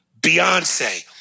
Beyonce